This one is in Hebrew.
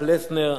פלסנר,